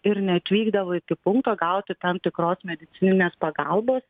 ir neatvykdavo iki punkto gauti tam tikros medicininės pagalbos